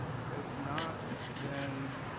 if not, then